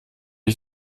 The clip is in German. ich